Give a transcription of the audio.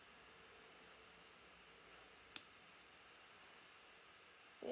ya